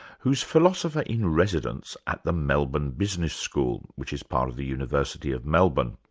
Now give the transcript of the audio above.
who's philosopher-in-residence at the melbourne business school, which is part of the university of melbourne.